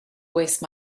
waste